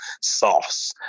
sauce